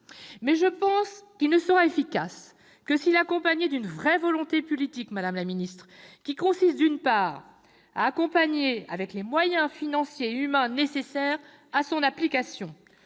; je pense qu'il ne sera efficace que s'il est accompagné d'une vraie volonté politique, madame la garde des sceaux : d'une part, accompagner avec les moyens financiers et humains nécessaires son application-